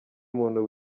umuntu